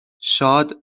شاد